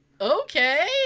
Okay